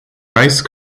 ice